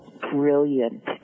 brilliant